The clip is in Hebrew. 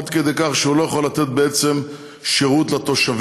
עד כדי כך שהוא לא יכול לתת שירות לתושבים.